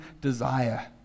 desire